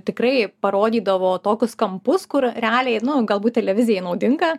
tikrai parodydavo tokius kampus kur realiai nu galbūt televizijai naudinga